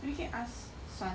maybe can ask suan